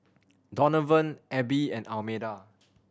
Donavan Abbie and Almeda